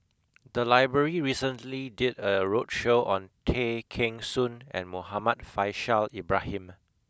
the library recently did a roadshow on Tay Kheng Soon and Muhammad Faishal Ibrahim